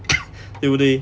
对不对